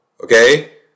Okay